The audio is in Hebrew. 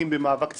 אם במאבק ציבורי,